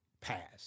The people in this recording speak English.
passed